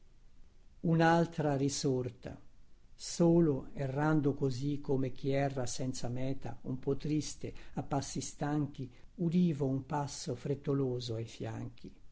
unaltra risorta solo errando così come chi erra senza meta un po triste a passi stanchi udivo un passo frettoloso ai fianchi